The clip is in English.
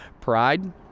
Pride